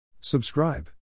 Subscribe